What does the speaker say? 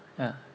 ya